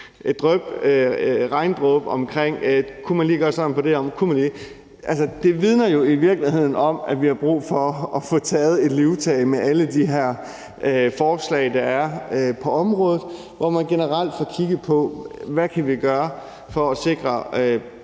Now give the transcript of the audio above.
der handler om, om man lige kunne gøre sådan og sådan. Det vidner jo i virkeligheden om, at vi har brug for at få taget et livtag med alle de her forslag, der er på området, hvor man generelt får kigget på, hvad vi kan gøre for at sikre